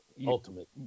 ultimate